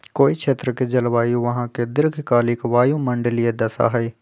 कोई क्षेत्र के जलवायु वहां के दीर्घकालिक वायुमंडलीय दशा हई